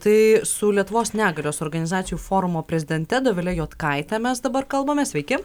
tai su lietuvos negalios organizacijų forumo prezidente dovile juodkaite mes dabar kalbame sveiki